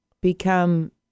become